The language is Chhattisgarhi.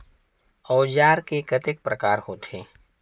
औजार के कतेक प्रकार होथे?